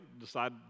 decide